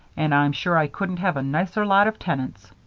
and i'm sure i couldn't have a nicer lot of tenants.